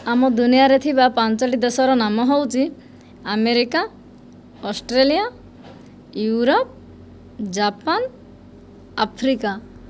ଆମ ଦୁନିଆଁରେ ଥିବା ପାଞ୍ଚୋଟି ଦେଶର ନାମ ହେଉଛି America Australia Europe Japan Africa